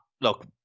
look